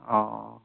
अ' अ'